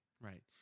right